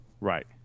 Right